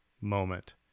moment